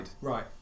Right